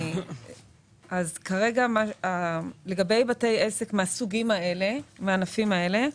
מדובר בבתי עסק מהענפים האלה,